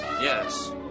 Yes